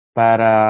para